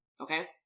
okay